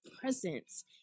presence